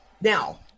Now